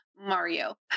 Mario